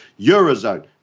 Eurozone